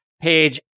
page